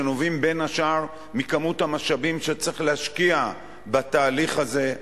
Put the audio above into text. שנובעים בין השאר מכמות המשאבים שצריך להשקיע בתהליך הזה.